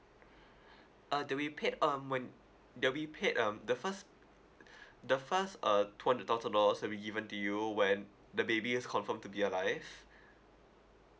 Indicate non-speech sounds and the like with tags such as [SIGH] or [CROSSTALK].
[BREATH] uh the we paid um when the we paid um the first [BREATH] the first uh two hundred thousand dollars will be given to you when the baby is confirmed to be alive